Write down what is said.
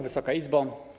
Wysoka Izbo!